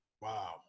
wow